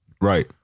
Right